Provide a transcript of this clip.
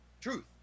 Truth